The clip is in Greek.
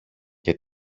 και